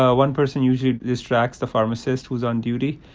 ah one person usually distracts the pharmacist who's on duty,